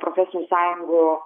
profesinių sąjungų